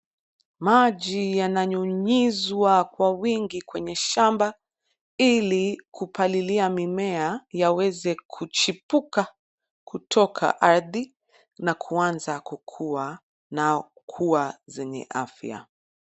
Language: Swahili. Maji yananyunyizwa kwa wingi kwenye shamba, ili kupalilia mimea yaweze kuchipuka kutoka ardhi na kuanza kukua na kuwa zenye afya.